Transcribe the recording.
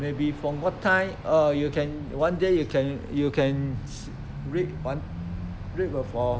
maybe from what time orh you can one day you can you can s~ read one read for